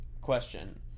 question